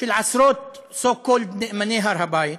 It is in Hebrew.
של עשרות so called נאמני הר הבית,